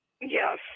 yes